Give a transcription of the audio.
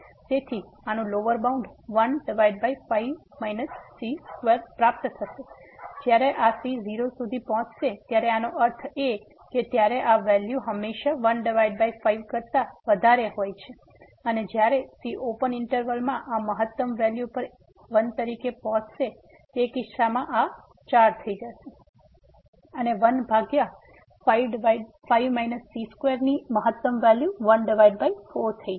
તેથી આનું lower bound 15 c2 પ્રાપ્ત થશે જ્યારે આ c 0 સુધી પહોંચશે ત્યારે આનો અર્થ એ કે ત્યારે આ વેલ્યુ હંમેશા 15 કરતા વધારે હોય છે અને જ્યારે c આપેલ ઈંટરવલ માં આ મહતમ વેલ્યુ પર 1 તરીકે પહોચશે તે કિસ્સામાં આ 4 થઈ જશે અને 1 ભાગ્યા 5 c2 ની મહતમ વેલ્યુ ¼ થઈ જશે